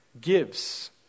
gives